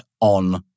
on